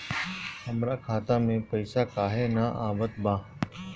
हमरा खाता में पइसा काहे ना आवत बा?